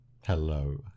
Hello